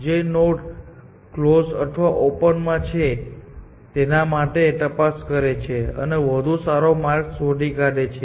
જે node close અથવા open માં છે તેના માટે તે તપાસ કરે છે અને વધુ સારો માર્ગ શોધી કાઢે છે